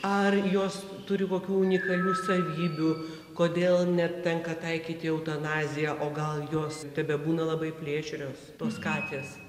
ar jos turi kokių unikalių savybių kodėl net tenka taikyti eutanaziją o gal jos tebebūna labai plėšrios tos katės